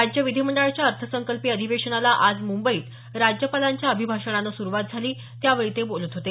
राज्य विधीमंडळाच्या अर्थसंकल्पीय अधिवेशनाला आज मुंबईत राज्यपालांच्या अभिभाषणानं सुरुवात झाली त्यावेळी ते बोलत होते